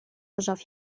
пожав